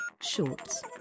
Shorts